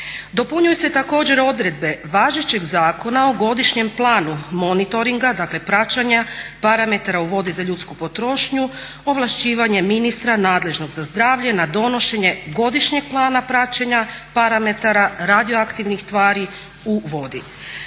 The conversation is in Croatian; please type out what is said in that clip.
Dopunjuju se također odredbe važećeg zakona o godišnjem planu monitoringa, dakle praćenja parametara u vodi za ljudsku potrošnju ovlašćivanjem ministra nadležnog za zdravlje na donošenje godišnjeg plana praćenja parametara radioaktivnih tvari u vodi.